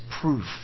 proof